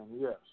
yes